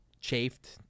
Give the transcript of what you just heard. chafed